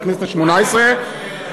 מהכנסת השמונה-עשרה,